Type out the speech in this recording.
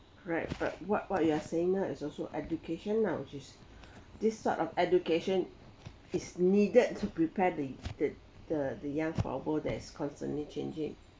correct but what what you are saying now is also education now which is this sort of education is needed to prepare the the the the young for a world that is constantly changing